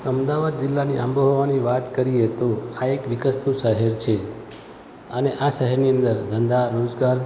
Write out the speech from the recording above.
અમદાવાદ જિલ્લાની આબોહવાની વાત કરીએ તો આ એક વિકસતું શહેર છે અને આ શહેરની અંદર ધંધા રોજગાર